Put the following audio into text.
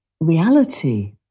reality